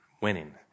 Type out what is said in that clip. winning